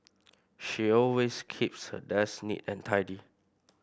she always keeps her desk neat and tidy